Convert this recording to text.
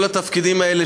כל התפקידים האלה,